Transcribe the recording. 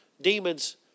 Demons